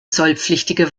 zollpflichtige